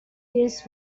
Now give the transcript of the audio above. this